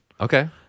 Okay